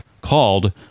called